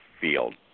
field